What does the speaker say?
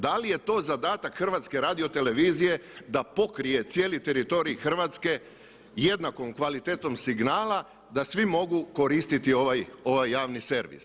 Da li je to zadatak HRT-a da pokrije cijeli teritorij Hrvatske jednakom kvalitetom signala da svi mogu koristiti ovaj javni servis?